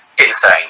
insane